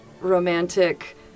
romantic